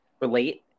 relate